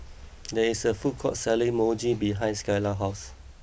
there is a food court selling Mochi behind Skyla's house